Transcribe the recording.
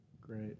Great